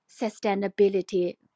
sustainability